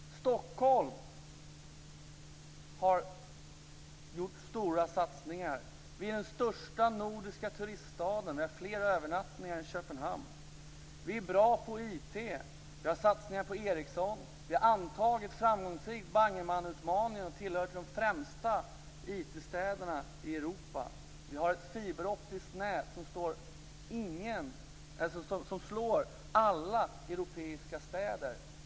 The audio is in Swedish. Stockholm har gjort stora satsningar. Vi är den största nordiska turiststaden med flera övernattningar än Köpenhamn. Vi är bra på IT. Vi har satsningar på Ericsson. Vi har framgångsrikt antagit Bangemanutmaningen och tillhör de främsta IT-städerna i Europa. Vi har ett fiberoptiskt nät som slår alla europeiska städer.